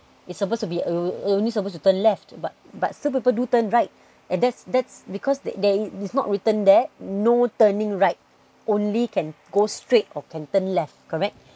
it's supposed to be uh only supposed to turn left but but some people do turn right and that's that's because there is it's not written there no turning right only can go straight or can turn left correct